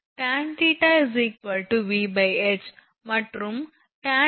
tan θ VH மற்றும் tan dy dydx